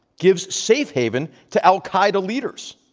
gives safe haven to al-qaeda leaders,